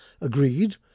agreed